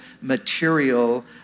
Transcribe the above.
material